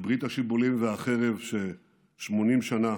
בברית השיבולים והחרב, ש-80 שנה